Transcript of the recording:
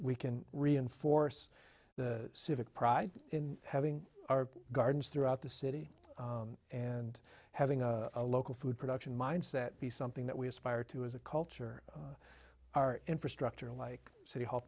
we can reinforce the civic pride in having our gardens throughout the city and having a local food production mindset be something that we aspire to as a culture of our infrastructure like city hall